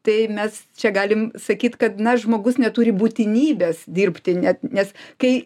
tai mes čia galim sakyt kad na žmogus neturi būtinybės dirbti net nes kai